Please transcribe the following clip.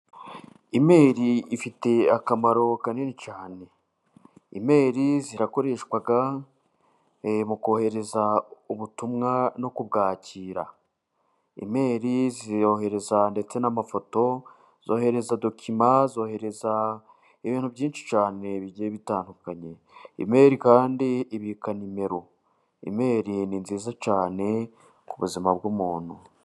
Imeli ifite akamaro kanini cyane, imeri zirakoreshwa mu kohereza ubutumwa no kubwakira, imeri zohereza ndetse n'amafoto, zohereza dokima, zohereza ibintu byinshi cyane bigiye bitandukanye, imeri kandi ibika nimero, imeri ni nziza cyane ku buzima bw'umuntu.